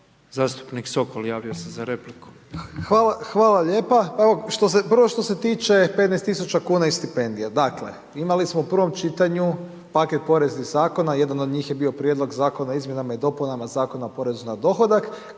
Zastupnik Sokol javio se za repliku. **Sokol, Tomislav (HDZ)** Hvala lijepa. Prvo što se tiče 15 tisuća kuna i stipendija, dakle imali smo u prvom čitanju paket poreznih zakona, jedan od njih je bio prijedlog Zakona o izmjenama i dopunama Zakona o porezu na dohodak